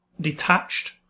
detached